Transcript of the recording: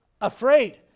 afraid